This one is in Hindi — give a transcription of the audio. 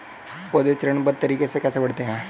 पौधे चरणबद्ध तरीके से कैसे बढ़ते हैं?